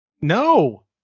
No